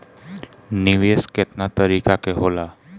निवेस केतना तरीका के होला?